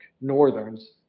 northerns